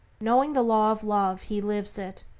knowing the law of love, he lives it,